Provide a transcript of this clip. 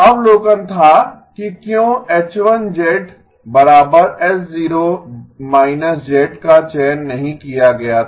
अवलोकन था कि क्यों H1H0−z का चयन नहीं किया गया था